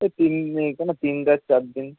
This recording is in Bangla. ওই তিন নেই কেন তিন রাত চার দিন